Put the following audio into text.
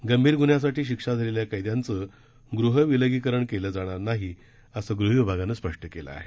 गंभीर गुन्ह्यासाठी शिक्षा झालेल्या कैद्यांचं गृह विलगीकरण केलं जाणार नाही असं गृह विभागानं स्पष्ट केलं आहे